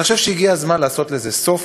אני חושב שהגיע הזמן לעשות לזה סוף.